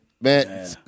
Man